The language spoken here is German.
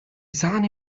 sahne